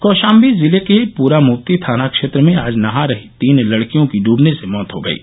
कौशाम्बी जिले के प्रामफ्ती थाना क्षेत्र में आज नहा रहीं तीन लड़कियों की डुबने से मौत हो गयी